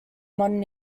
modern